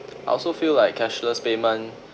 I also feel like cashless payment